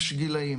יש גילים,